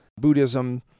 Buddhism